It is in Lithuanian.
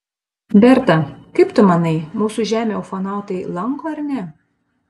berta kaip tu manai mūsų žemę ufonautai lanko ar ne